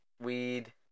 Weed